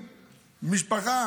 המשפחה,